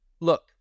look